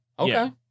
Okay